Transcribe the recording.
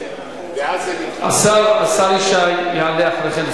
השר ישי יעלה אחריכם,